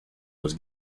was